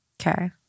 Okay